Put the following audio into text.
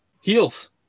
Heels